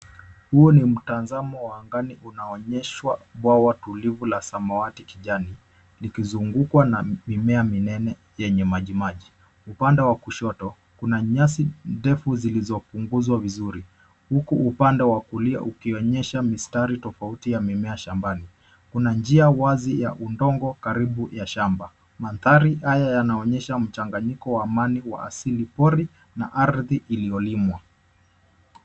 Huu ni mtazamo wa angani unaoonyesha bwawa tulivu wa samawati kijani. Umezungukwa na mimea minene ya nyasi majimaji. Upande wa kushoto, kuna nyasi ndefu zilizokumbwa vizuri. Huku upande wa kulia unaonyesha mistari tofauti ya mimea shambani. Kuna njia wazi ya udongo karibu na shamba. Mandhari haya yanaonyesha mchanganyiko wa mali asili pori na ardhi iliyolimwa.